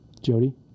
Jody